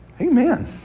Amen